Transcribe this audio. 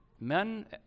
men